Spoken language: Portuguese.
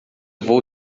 vou